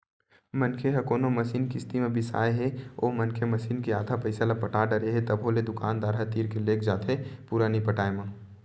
मनखे ह कोनो मसीन किस्ती म बिसाय हे ओ मनखे मसीन के आधा पइसा ल पटा डरे हे तभो ले दुकानदार ह तीर के लेग जाथे पुरा नइ पटाय म